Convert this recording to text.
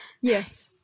Yes